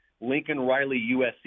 Lincoln-Riley-USC